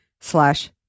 slash